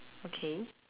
okay